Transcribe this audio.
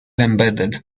embedded